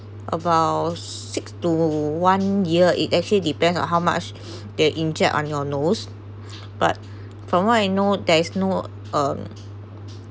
about six to one year it actually depends on how much they inject on your nose but for what I know there is no um